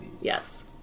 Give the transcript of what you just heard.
Yes